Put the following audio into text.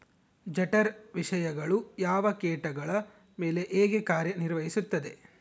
ಜಠರ ವಿಷಯಗಳು ಯಾವ ಕೇಟಗಳ ಮೇಲೆ ಹೇಗೆ ಕಾರ್ಯ ನಿರ್ವಹಿಸುತ್ತದೆ?